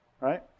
right